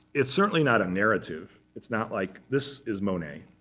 it's certainly not a narrative. it's not like, this is monet.